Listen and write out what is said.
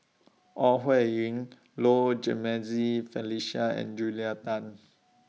Ore Huiying Low Jimenez Felicia and Julia Tan